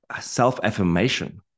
self-affirmation